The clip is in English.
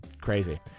Crazy